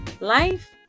life